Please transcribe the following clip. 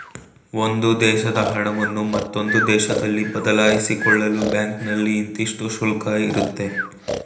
ಒಂದು ದೇಶದ ಹಣವನ್ನು ಮತ್ತೊಂದು ದೇಶದಲ್ಲಿ ಬದಲಾಯಿಸಿಕೊಳ್ಳಲು ಬ್ಯಾಂಕ್ನಲ್ಲಿ ಇಂತಿಷ್ಟು ಶುಲ್ಕ ಇರುತ್ತೆ